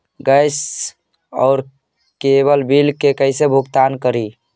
Gas और cable bill के कैसे भुगतान करी?